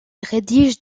rédige